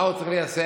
מה הוא צריך ליישם?